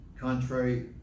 contrary